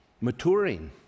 maturing